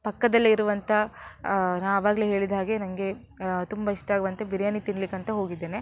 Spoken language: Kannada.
ಪಕ್ಕದಲ್ಲೇ ಇರುವಂಥ ನಾ ಆವಾಗಲೇ ಹೇಳಿದ ಹಾಗೆ ನನಗೆ ತುಂಬ ಇಷ್ಟ ಆಗುವಂಥ ಬಿರಿಯಾನಿ ತಿನ್ನಲಿಕ್ಕಂತ ಹೋಗಿದ್ದೇನೆ